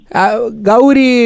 Gauri